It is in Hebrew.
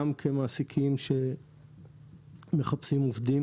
גם כמעסיקים שמחפשים עובדים